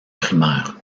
primaire